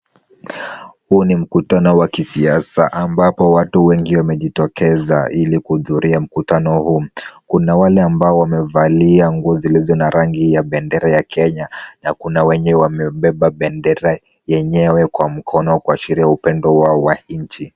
Huu ni mkutano wa kisiasa ambapo watu wengi wamejitokeza ili kuhudhuria mkutano huu, kuna wale ambao wamevalia nguo zilizo na rangi ya bendera ya Kenya na kuna wenye wamebeba bendera yenyewe kwa mkono kuashiria upendo wao wa nchi.